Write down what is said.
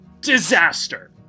disaster